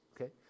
okay